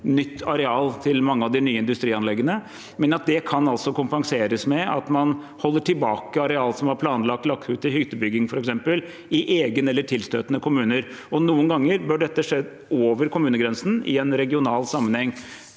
nytt areal til mange av de nye industrianleggene, men at det kan kompenseres med at man holder tilbake areal som var planlagt lagt ut til f.eks. hyttebygging i egen kommune eller tilstøtende kommuner. Noen ganger bør dette skje over kommunegrensen i en regional sammenheng.